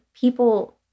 people